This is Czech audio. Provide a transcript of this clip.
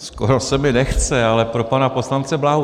Skoro se mi nechce, ale pro pana poslance Bláhu.